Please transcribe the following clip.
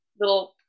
little